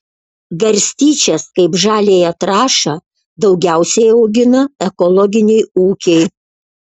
garstyčias kaip žaliąją trąšą daugiausiai augina ekologiniai ūkiai